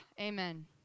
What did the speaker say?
amen